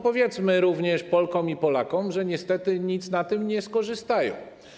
Powiedzmy również Polkom i Polakom, że niestety nic na tym nie skorzystają.